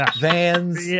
Vans